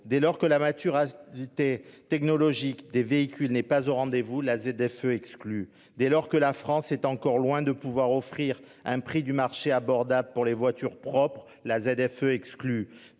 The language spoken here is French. Dès lors que la maturité technologique des véhicules n'est pas au rendez-vous, la ZFE exclut. Dès lors que la France est encore loin de pouvoir offrir un prix de marché abordable pour les voitures propres, la ZFE exclut.